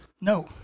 No